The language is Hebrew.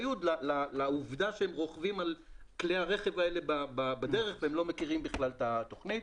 י' לעובדה שהם רוכבים על כלי הרכב האלה והם לא מכירים את התוכנית.